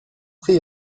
prix